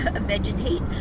vegetate